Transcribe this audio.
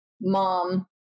mom